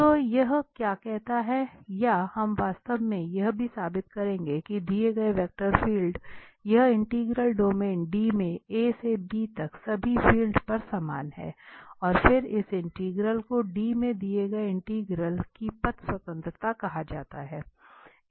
तो यह क्या कहता है या हम वास्तव में यह भी साबित करेंगे कि दिए गए वेक्टर फील्ड यह इंटीग्रल डोमेन D में A से B तक सभी फ़ील्ड पर समान है और फिर इस इंटीग्रल को D में दिए गए इंटीग्रल की पथ स्वतंत्रता कहा जाता है